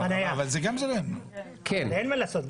--- אין מה לעשות.